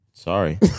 Sorry